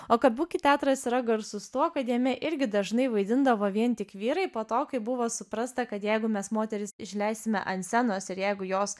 o kabuki teatras yra garsus tuo kad jame irgi dažnai vaidindavo vien tik vyrai po to kai buvo suprasta kad jeigu mes moteris išleisime ant scenos ir jeigu jos